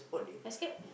I scared